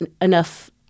enough